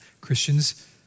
Christians